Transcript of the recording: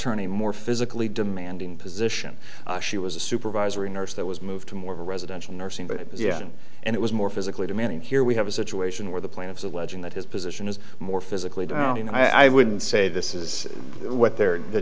turning more physically demanding position she was a supervisory nurse that was moved to more of a residential nursing but yeah and it was more physically demanding here we have a situation where the plaintiffs alleging that his position is more physically demanding and i wouldn't say this is what they're the